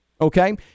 Okay